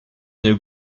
une